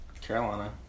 Carolina